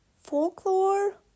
Folklore